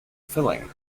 filling